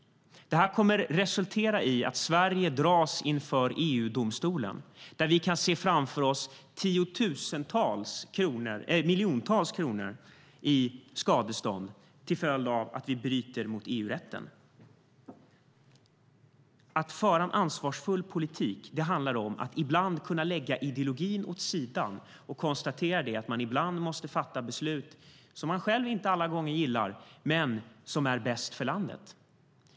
Det här kommer att resultera i att Sverige dras inför EU-domstolen. Vi kan där se framför oss miljontals kronor i skadestånd till följd av att vi bryter mot EU-rätten. Att föra en ansvarsfull politik handlar om att ibland kunna lägga ideologin åt sidan och konstatera att man måste fatta beslut som man själv inte alla gånger gillar men som är bäst för landet.